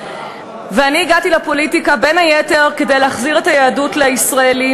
אני הגעתי לפוליטיקה בין היתר כדי להחזיר את היהדות לישראלים,